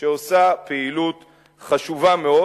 שעושה פעילות חשובה מאוד,